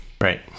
right